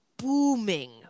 Booming